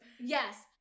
Yes